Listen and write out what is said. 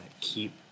keep